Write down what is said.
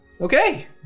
Okay